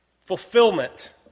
fulfillment